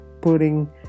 putting